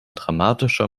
dramatischer